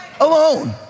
alone